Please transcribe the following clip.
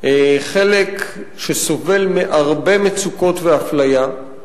חלק שסובל מהרבה מצוקות ואפליה.